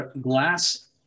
Glass